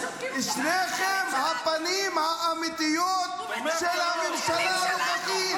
שניכם הפנים האמיתיות של הממשלה הנוכחית.